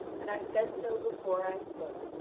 and i said so before i spoke.